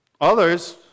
Others